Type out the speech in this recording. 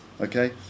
Okay